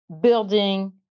building